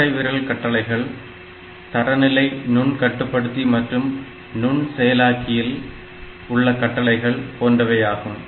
கட்டைவிரல் கட்டளைகள் தரநிலை நுண் கட்டுப்படுத்தி மற்றும் நுண் செயலாக்கியில் உள்ள கட்டளைகள் போன்றவையாகும்